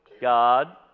God